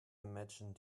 imagine